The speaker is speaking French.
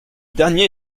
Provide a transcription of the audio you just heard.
dernier